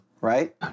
right